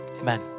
Amen